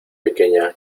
pequeña